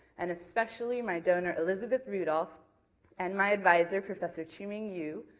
and especially my donor elizabeth rudolf and my advisor professor qiuming yu,